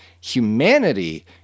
humanity